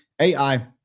AI